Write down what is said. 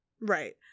Right